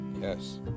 yes